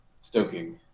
stoking